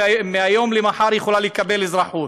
מהיום למחר היא יכולה לקבל אזרחות.